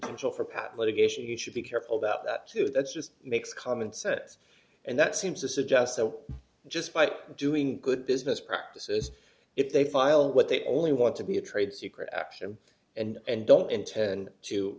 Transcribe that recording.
potential for pat litigation you should be careful that that too that's just makes common sense and that seems to suggest that just by doing good business practices if they file what they only want to be a trade secret action and don't intend to